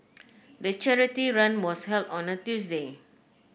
the charity run was held on a Tuesday